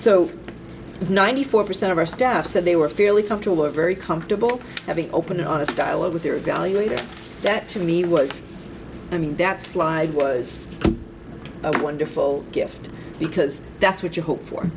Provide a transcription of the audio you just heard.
so ninety four percent of our staff said they were fairly comfortable or very comfortable having open honest dialogue with their evaluator that to me was i mean that slide was a wonderful gift because that's what you hope for